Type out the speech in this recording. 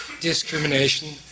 discrimination